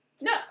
No